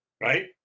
right